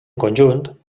conjunt